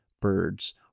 birds